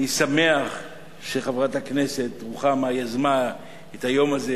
אני שמח שחברת הכנסת רוחמה יזמה את היום הזה,